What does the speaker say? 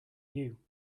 you